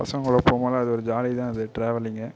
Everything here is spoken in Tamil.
பசங்களோட போகும்போது அது ஒரு ஜாலி தான் அது டிராவலிங்கு